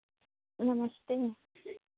नमस्ते है